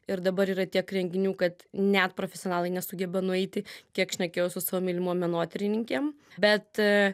ir dabar yra tiek renginių kad net profesionalai nesugeba nueiti kiek šnekėjau su savo mylimom menotyrininkėm bet